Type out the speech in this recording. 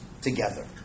together